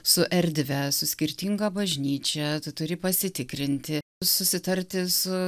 su erdve su skirtinga bažnyčia tu turi pasitikrinti susitarti su